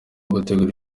gutegura